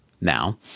now